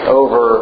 over